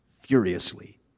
furiously